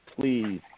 please